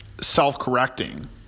self-correcting